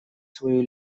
свою